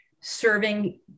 serving